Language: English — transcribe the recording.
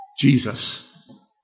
Jesus